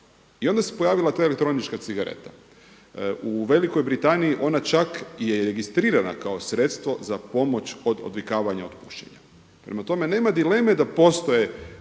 I onda se pojavila ta elektronička cigareta. U Velikoj Britaniji ona čaj je i registrirana kao sredstvo za pomoć od odvikavanja od pušenja. Prema tome, nema dileme da postoje